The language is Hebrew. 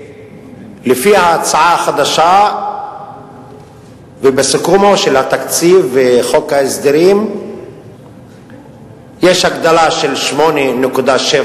שלפי ההצעה החדשה ובסיכומו של התקציב וחוק ההסדרים יש הגדלה של 8.7